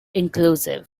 inclusive